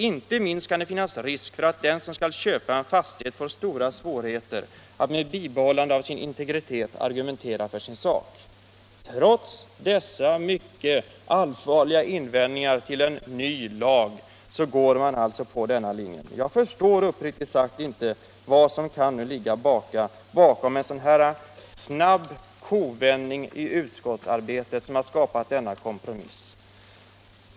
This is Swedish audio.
Inte minst kan det finnas risk för att den som skall köpa en fastighet får stora svårigheter att med bibehållande av sin integritet argumentera för sin sak.” Trots dessa mycket allvarliga invändningar mot den nya lagen går man alltså på den linjen. Jag förstår uppriktigt sagt inte vad som kan ligga bakom en sådan snabb kovändning i utskottsarbetet som skapat denna kompromiss.